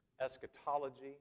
eschatology